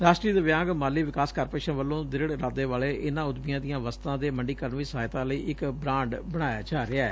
ਰਾਸ਼ਟਰੀ ਦਿਵਿਆਂਗ ਮਾਲੀ ਵਿਕਾਸ ਕਾਰਪੋਰੇਸ਼ਨ ਵੱਲੋ' ਦ੍ਰਿਤ ਇਰਾਦੇ ਵਾਲੇ ਇਨਾਂ ਉਦਮੀਆਂ ਦੀਆਂ ਵਸਤਾਂ ਦੇ ਮੰਡੀਕਰਨ ਵਿਚ ਸਹਾਇਤਾ ਲਈ ਇਕ ਬਰਾਂਡ ਬਣਾਇਆ ਜਾ ਰਿਹੈ